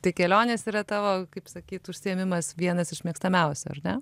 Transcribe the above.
tai kelionės yra tavo kaip sakyt užsiėmimas vienas iš mėgstamiausių ar ne